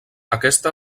aquesta